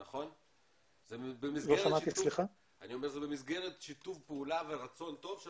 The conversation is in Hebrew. זה במסגרת שיתוף פעולה ורצון טוב של